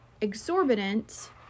exorbitant